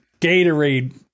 Gatorade